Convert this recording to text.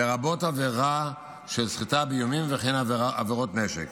לרבות עבירה של סחיטה באיומים, וכן עבירות נשק.